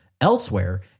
Elsewhere